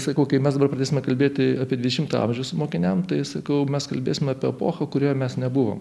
sakau kai mes pradėsime kalbėti apie dvidežimto amžiaus mokiniams tai sakau mes kalbėsim apie epochą kurioje mes nebuvom